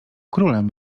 królem